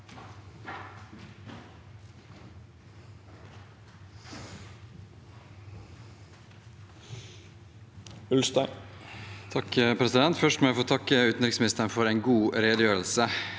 Ulstein (KrF) Først må jeg få takke utenriksministeren for en god redegjørelse.